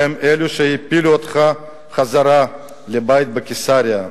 והם אלו שיפילו אותך חזרה לבית בקיסריה.